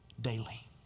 daily